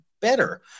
better